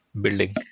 building